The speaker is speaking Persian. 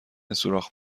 سوراخ